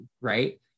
right